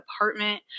apartment